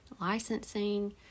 licensing